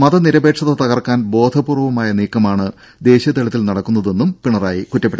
മതനിരപേക്ഷത തകർക്കാൻ ബോധപൂർവമായ നീക്കമാണ് ദേശീയതലത്തിൽ നടക്കുന്നതെന്നും പിണറായി പറഞ്ഞു